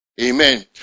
amen